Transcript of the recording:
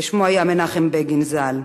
ושמו היה מנחם בגין ז"ל,